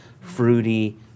fruity